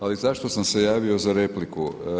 Ali zašto sam se javio za repliku?